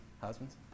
husbands